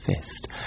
fist